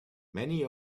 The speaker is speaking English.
many